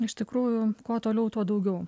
iš tikrųjų kuo toliau tuo daugiau